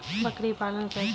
बकरी पालन कैसे करें?